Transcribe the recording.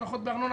הנחות בארנונה,